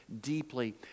deeply